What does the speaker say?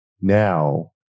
now